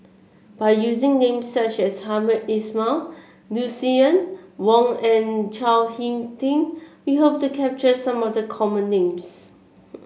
by using names such as Hamed Ismail Lucien Wang and Chao HicK Tin we hope to capture some of the common names